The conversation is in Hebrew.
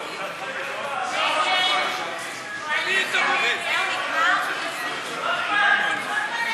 לוועדת הכנסת לא נתקבלה.